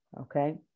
okay